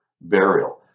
burial